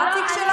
מה התיק שלך?